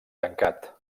tancat